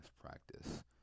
practice